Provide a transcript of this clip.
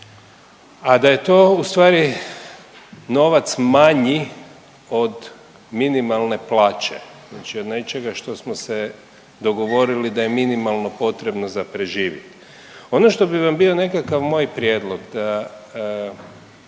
a da je to ustvari novac manji od minimalne plaće, znači od nečega što smo se dogovorili da je minimalno potrebno za preživjeti. Ono što bi vam bio nekakav moj prijedlog, da